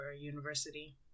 university